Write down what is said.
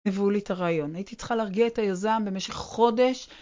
הביאו לי את הרעיון. הייתי צריכה להרגיע את היזם במשך חודש.